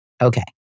Okay